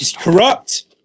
Corrupt